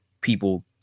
people